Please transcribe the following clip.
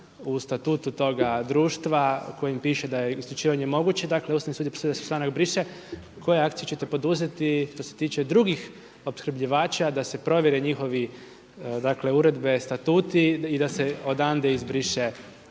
u statutu toga društva u kojem piše da je isključivanje moguće, dakle Ustavni sud je presudio da se članak briše, koje akcije ćete poduzeti što se tiče drugih opskrbljivača da se provjere njihovi dakle uredbe, statuti i da se odande izbrišu